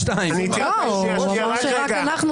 כמעט.